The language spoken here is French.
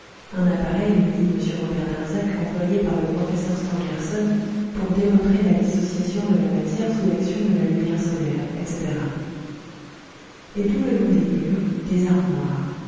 un appareil me dit m robert darzac employé par le professeur stangerson pour démontrer la dissociation de la matière sous l'action de la lumière solaire etc et tout le long des murs des armoires